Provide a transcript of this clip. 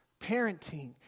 parenting